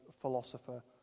philosopher